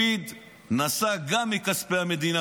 גם לפיד נסע מכספי המדינה,